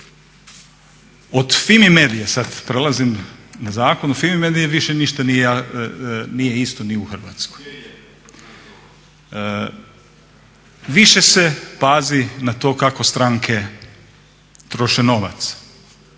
Od FIMI medije sad prelazim na zakon, o FIMI mediji više ništa nije isto ni u Hrvatskoj. Više se pazi na to kako stranke troše novac,